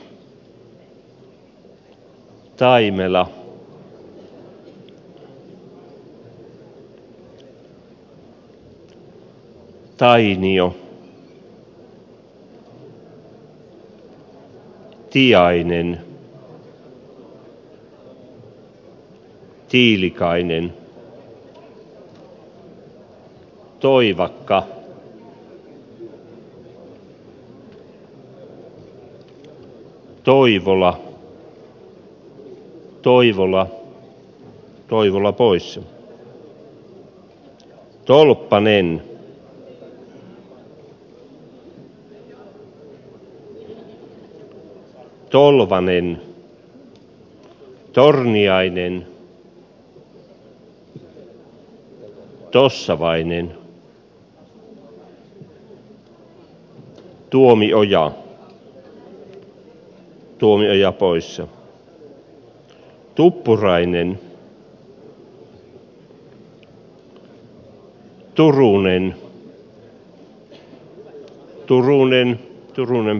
outi mäkelä sirpa paatero pirkko ruohonen lerner ja turunen